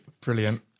Brilliant